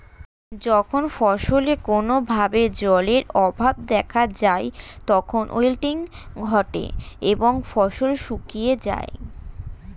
যখন ফসলে কোনো ভাবে জলের অভাব দেখা যায় তখন উইল্টিং ঘটে এবং ফসল শুকিয়ে যায়